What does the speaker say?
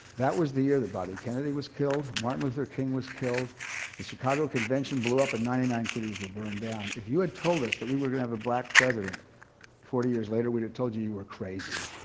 that was the year that bobby kennedy was killed martin luther king was killed the chicago convention blew up and ninety nine cities were burned down. if you had told us that we were going to have a black president forty years later, we'd have told you you were crazy.